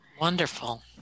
Wonderful